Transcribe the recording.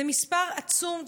זה מספר עצום,